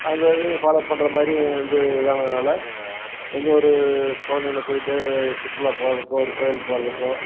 அந்த இதையும் ஃபாலோவ் பண்ணுற மாதிரி வந்து இதானதனால எந்த ஒரு குழந்தைங்களும் கூட்டிட்டு சுற்றுலா போகிறதுக்கோ ஒரு கோவில் போகிறதுக்கோ